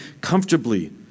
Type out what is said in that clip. comfortably